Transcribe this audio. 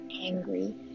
angry